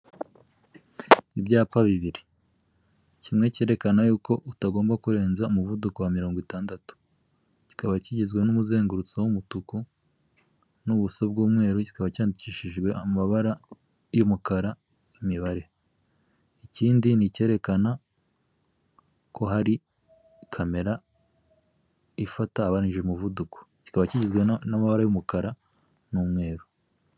Ibyapa bibiri kimwe cyerekana utagomba kurenza umuvuduko wa mirongo itandatu kikaba kigizwe n'umuzenguruko w'umutuku n'ubuso bw'umweru kikaba cyandikishijwe amabara y'umukara imibare ikindi ni icyerekana ko hari kamera ifatagabanije umuvuduko kikaba kigizwe n'amabara y'umukara n'umweru.